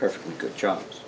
perfectly good job